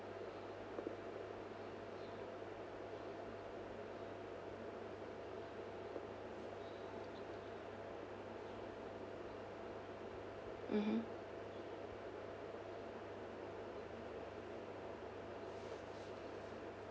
mmhmm